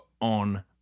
on